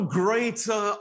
greater